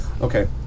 Okay